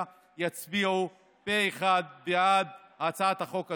יצביעו פה אחד בעד הצעת החוק הזאת,